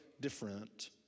different